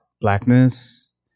blackness